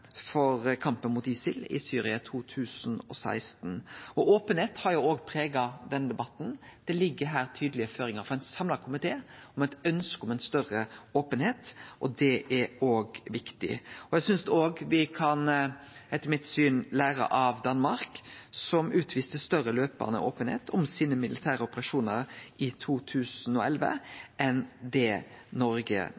med kampen mot ISIL i Syria i 2016. Openheit har òg prega denne debatten. Det ligg her tydelege føringar frå ein samla komité og eit ønske om større openheit, og det er viktig. Me kan etter mitt syn òg lære av Danmark, som viste større løpande openheit om sine militære operasjonar i 2011